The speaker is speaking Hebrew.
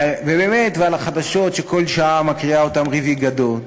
באמת, ועל החדשות שכל שעה מקריאה ריבי גדות.